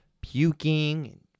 puking